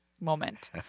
moment